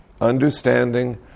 understanding